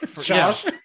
josh